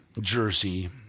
jersey